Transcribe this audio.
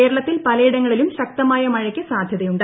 കേരളത്തിൽ പലയിടങ്ങളിലും ശക്തമായ മഴിയ്ക്ക് സാധ്യതയുണ്ട്